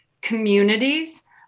communities